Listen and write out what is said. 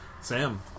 Sam